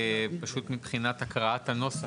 פשוט מבחינת הקראת הנוסח,